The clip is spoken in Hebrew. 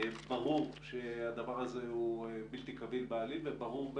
ברור שהדבר הזה בלתי קביל בעליל וברור,